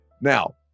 Now